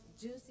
juicy